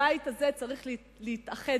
הבית הזה צריך להתאחד,